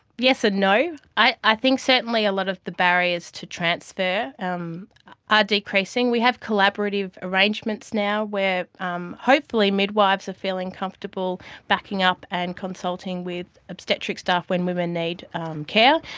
yes and no. i think certainly a lot of the barriers to transfer are um ah decreasing. we have collaborative arrangements now where um hopefully midwives are feeling comfortable backing up and consulting with obstetric staff when women need care.